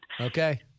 Okay